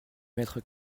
mètre